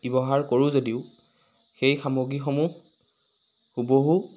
ব্যৱহাৰ কৰোঁ যদিও সেই সামগ্ৰীসমূহ হুবহু